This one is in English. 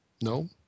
No